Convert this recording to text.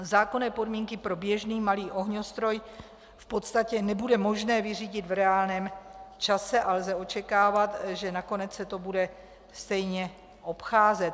Zákonné podmínky pro běžný malý ohňostroj v podstatě nebude možné vyřídit v reálném čase a lze očekávat, že nakonec se to bude stejně obcházet.